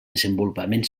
desenvolupament